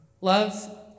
Love